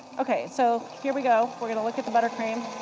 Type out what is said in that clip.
ok, so here we go, we're going to look at the butter cream.